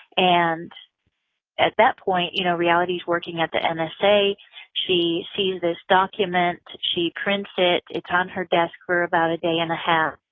and at that point, you know, reality is working at the and nsa. she sees this document. she prints it. it's on her desk for about a day and a half.